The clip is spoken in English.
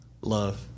love